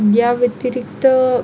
या व्यतिरिक्त